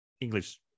English